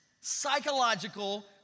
psychological